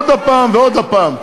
עוד הפעם ועוד הפעם.